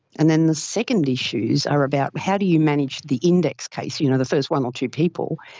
and then the second issues are about how do you manage the index case, you know the first one or two people,